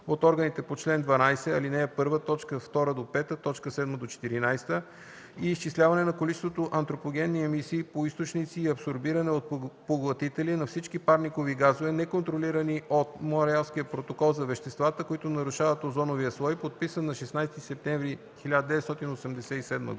от органите по чл. 12, ал. 1, т. 2-5, т. 7-14, и изчисляване на количеството антропогенни емисии по източници и абсорбиране от поглътители на всички парникови газове, неконтролирани от Монреалския протокол за веществата, които нарушават озоновия слой, подписан на 16 септември 1987 г.